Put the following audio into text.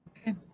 Okay